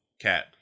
Cat